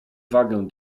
wagę